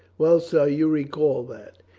well, sir, you recall that.